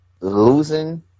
losing